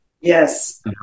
Yes